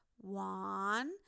One